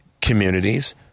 communities